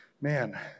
man